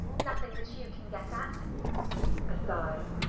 nothing that you can guess at aside.